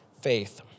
faith